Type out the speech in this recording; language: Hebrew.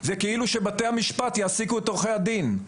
זה כאילו שבתי המשפט יעסיקו את עורכי הדין.